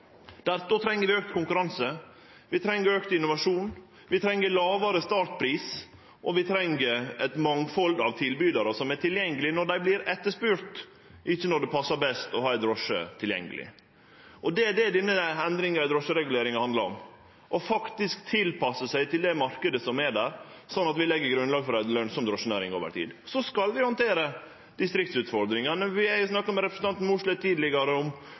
treng vi auka konkurranse, vi treng auka innovasjon, vi treng lågare startpris, og vi treng eit mangfald av tilbydarar som er tilgjengelege når dei vert etterspurte, ikkje når det passar best å ha ei drosje tilgjengeleg. Og det er det denne endringa i drosjereguleringa handlar om: å faktisk tilpasse seg den marknaden som er der, sånn at vi legg grunnlaget for ei lønsam drosjenæring over tid. Så skal vi handtere distriktsutfordringane. Eg har snakka med representanten Mossleth tidlegare om